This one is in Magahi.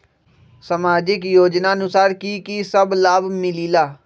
समाजिक योजनानुसार कि कि सब लाब मिलीला?